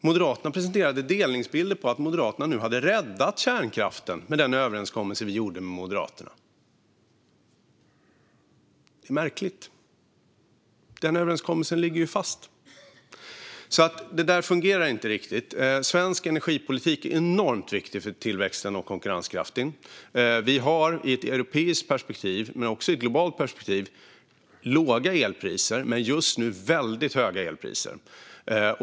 Moderaterna presenterade delningsbilder på att Moderaterna hade räddat kärnkraften genom den överenskommelse vi gjorde med Moderaterna. Det är märkligt. Den överenskommelsen ligger ju fast. Det där fungerar inte riktigt. Svensk energipolitik är enormt viktig för tillväxten och konkurrenskraften. Vi har i ett europeiskt och globalt perspektiv låga elpriser, men just nu är de väldigt höga.